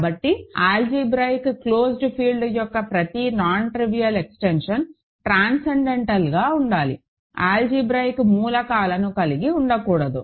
కాబట్టి algebraic closed field యొక్క ప్రతి నాన్ ట్రివియల్ ఎక్స్టెన్షన్ ట్రాన్సెండెంటల్గా ఉండాలి ఆల్జీబ్రాయిక్ మూలకాలను కలిగి ఉండకూడదు